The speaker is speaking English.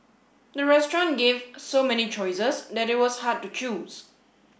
the restaurant gave so many choices that it was hard to choose